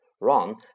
Ron